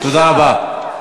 תודה רבה.